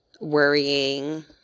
worrying